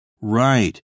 Right